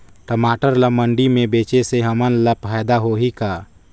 टमाटर ला मंडी मे बेचे से हमन ला फायदा होही का?